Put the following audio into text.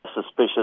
suspicious